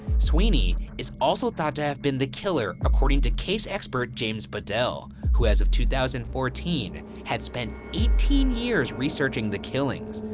sweeney is also thought to have been the killer according to case expert james badal, who as of two thousand and fourteen, had spent eighteen years researching the killings.